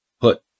put